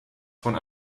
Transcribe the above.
von